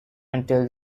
until